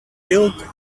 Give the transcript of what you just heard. peeled